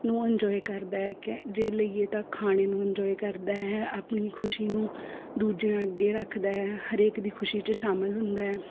ਨੂੰ ਇੰਜੋਏ ਕਰਦਾ ਹੈ ਕ ਜੇ ਲਈਏ ਤਾਂ ਖਾਣੇ ਨੂੰ ਇਨਜੋਏ ਕਰਦਾ ਹੈ ਆਪਣੀ ਖੁਸ਼ੀ ਨੂੰ ਦੂਜਿਆਂ ਅੱਗੇ ਰੱਖਦਾ ਹੈ ਹਰੇਕ ਦੀ ਖੁਸ਼ੀ 'ਚ ਸ਼ਾਮਿਲ ਹੁੰਦਾ ਹੈ